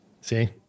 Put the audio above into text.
See